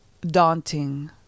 daunting